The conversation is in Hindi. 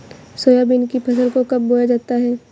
सोयाबीन की फसल को कब बोया जाता है?